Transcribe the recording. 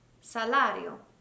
salario